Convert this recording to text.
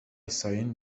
сайын